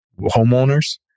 homeowners